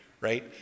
right